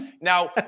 Now